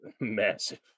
Massive